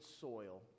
soil